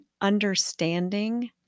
understanding